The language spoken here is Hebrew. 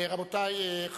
רבותי,